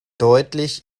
deutlich